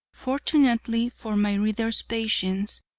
fortunately for my reader's patience,